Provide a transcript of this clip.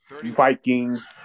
Vikings